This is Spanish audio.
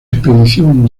expedición